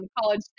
college